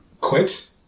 quit